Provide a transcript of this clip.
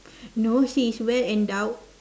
no she is well endowed